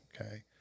Okay